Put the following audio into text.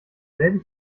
selben